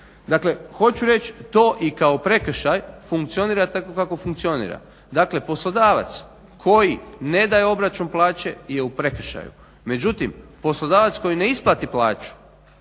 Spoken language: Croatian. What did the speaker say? Dakle, hoću reći to i kao prekršaj funkcionira tako kako funkcionira. Dakle, poslodavac koji ne daje obračun plaće je u prekršaju. Međutim, poslodavac koji ne isplati plaću